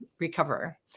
recover